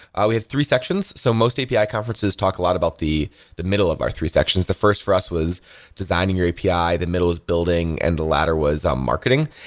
ah we have three sections, so most api conferences talk a lot about the the middle of our three sections. the first for us was designing your api, the middle is building, and the later was um marketing.